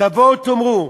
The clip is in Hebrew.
תבואו ותאמרו: